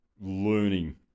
learning